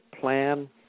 plan